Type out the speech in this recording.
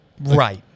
Right